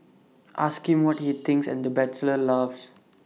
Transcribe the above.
ask him what he thinks and the bachelor laughs